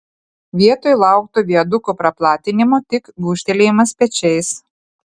vietoj laukto viaduko praplatinimo tik gūžtelėjimas pečiais